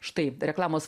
štai reklamos